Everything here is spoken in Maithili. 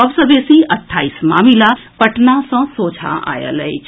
सभ सँ बेसी अट्ठाईस मामिला पटना सँ सोझा आएल अछि